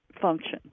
function